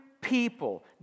people